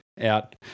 out